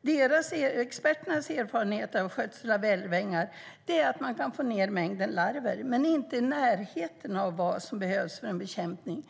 Deras erfarenheter av skötsel av älvängar är att man kan få ned mängden larver, men inte i närheten av vad som behövs för en bekämpning.